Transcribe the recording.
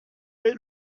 est